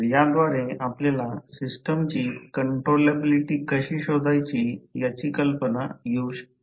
तर याद्वारे आपल्याला सिस्टमची कंट्रोलॅबिलिटी कशी शोधायची याची कल्पना येऊ शकते